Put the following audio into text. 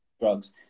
drugs